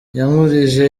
yankurije